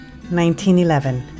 1911